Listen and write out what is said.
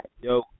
Yo